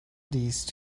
these